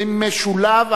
וההלוויה